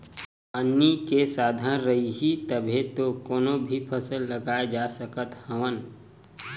पानी के साधन रइही तभे तो कोनो भी फसल लगाए जा सकत हवन